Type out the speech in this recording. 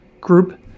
group